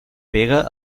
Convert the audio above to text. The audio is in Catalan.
pega